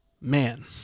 Man